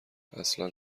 اصلن